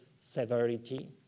severity